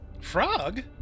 Frog